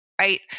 Right